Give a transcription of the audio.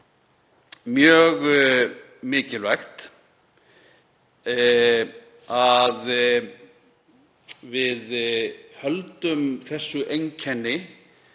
mjög mikilvægt að við höldum þessu einkenni